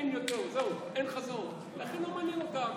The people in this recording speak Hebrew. אין חזון, לכן לא מעניין אותם.